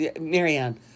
Marianne